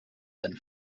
and